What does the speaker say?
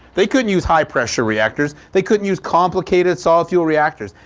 they couldn't use high-pressure reactors. they couldn't use complicated solid fuel reactors.